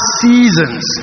seasons